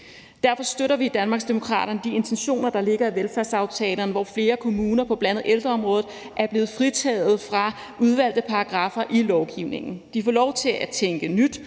Derfor støtter vi i Danmarksdemokraterne de intentioner, der ligger i velfærdsaftalerne, hvor flere kommuner på bl.a. ældreområdet er blevet fritaget fra udvalgte paragraffer i lovgivningen. De får lov til at tænke nyt